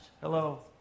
Hello